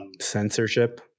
Censorship